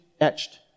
etched